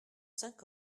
cinq